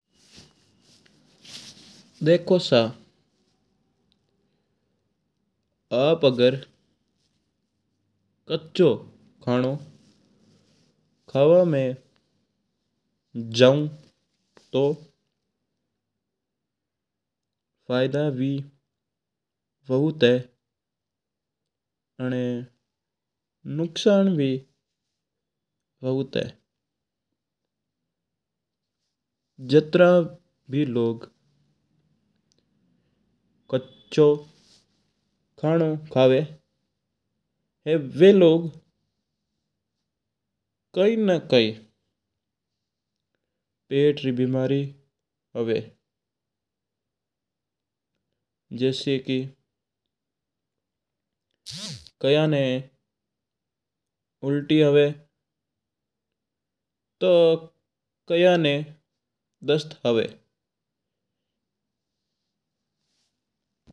देखो सा हुकम आप अगर कच्चो खाणू खावा ना जाओ तो फायदा भी बहुत है आणा नुकसान भी बहुत है। जत्रा भी लोग कच्चो खाणो खावा बा, लोग कई ना खाई पेट री बीमारी हुआ है जेसी कि कया ना उलटया हुआ, तो कया ना दस्त हुआ है।